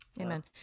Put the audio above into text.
Amen